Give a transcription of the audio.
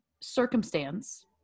circumstance